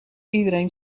iedereen